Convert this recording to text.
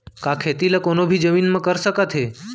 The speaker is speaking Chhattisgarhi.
का खेती ला कोनो भी जमीन म कर सकथे?